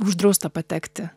uždrausta patekti